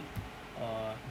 err